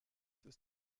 ist